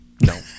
No